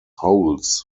holes